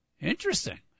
interesting